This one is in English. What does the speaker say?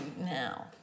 now